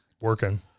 working